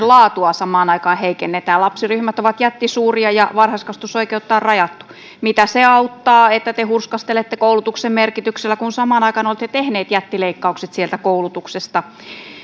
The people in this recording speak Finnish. laatua samaan aikaan heikennetään lapsiryhmät ovat jättisuuria ja varhaiskasvatusoikeutta on rajattu mitä se auttaa että te hurskastelette koulutuksen merkityksellä kun samaan aikaan olette tehneet jättileikkaukset koulutuksesta